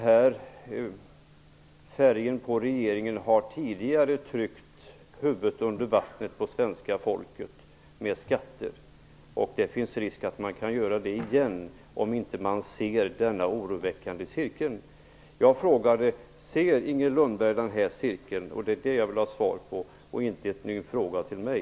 Kom ihåg att en regering med den här färgen tidigare har tryckt huvudet på svenska folket under vattnet med skatter. Det finns risk att man gör det igen om man inte ser denna oroväckande cirkel. Jag frågade: Ser Inger Lundberg den här cirkeln? Det vill jag ha svar på. Jag vill inte ha en ny fråga till mig.